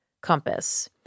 compass